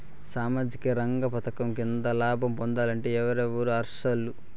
సామాజిక రంగ పథకం కింద లాభం పొందాలంటే ఎవరెవరు అర్హులు?